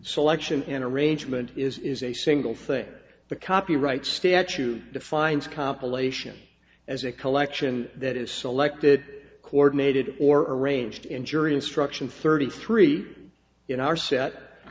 selection an arrangement is a single thing the copyright statute defines compilation as a collection that is selected coordinated or arranged in jury instruction thirty three in our set